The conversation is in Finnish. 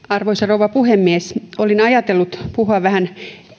arvoisa rouva puhemies olin ajatellut puhua vähän